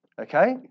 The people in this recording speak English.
okay